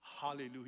Hallelujah